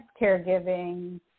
caregiving